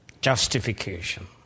justification